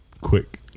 Quick